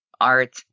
Art